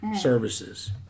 services